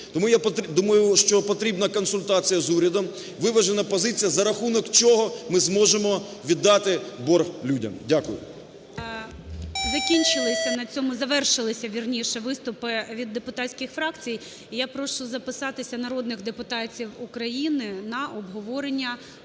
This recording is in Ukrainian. Тому, я думаю, що потрібна консультація з урядом, виважена позиція, за рахунок чого ми зможемо віддати борг людям. Дякую. ГОЛОВУЮЧИЙ. Закінчилися на цьому, завершилися, вірніше, виступи від депутатський фракцій. І я прошу записатися народних депутатів України на обговорення